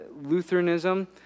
Lutheranism